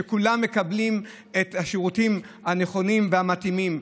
שכולם מקבלים בה את השירותים הנכונים והמתאימים.